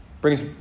Brings